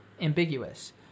ambiguous